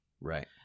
Right